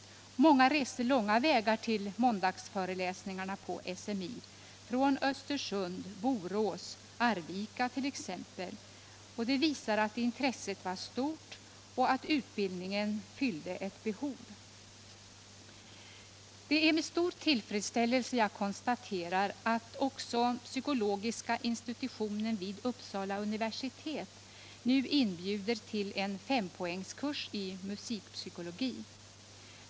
Många reste långa vägar till måndagsföreläsningarna på SMI — från Östersund, Borås, Arvika t.ex. — vilket visar att intresset var stort och att utbildningen fyllde ett behov. Det är med stor tillfredsställelse jag konstaterar att också psykologiska institutionen vid Uppsala universitet nu inbjuder till en 5-poängskurs i musikpsykologi.